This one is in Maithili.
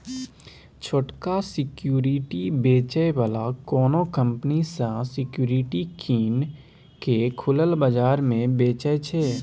छोटका सिक्युरिटी बेचै बला कोनो कंपनी सँ सिक्युरिटी कीन केँ खुलल बजार मे बेचय छै